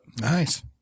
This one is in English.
Nice